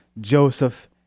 Joseph